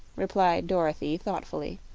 replied dorothy, thoughtfully,